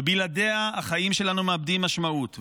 ובלעדיה החיים שלנו מאבדים משמעות.